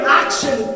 action